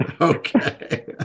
Okay